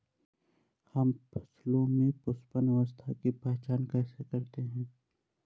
हम फसलों में पुष्पन अवस्था की पहचान कैसे करते हैं?